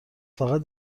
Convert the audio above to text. فقط